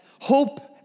Hope